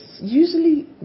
usually